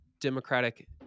democratic